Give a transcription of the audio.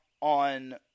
on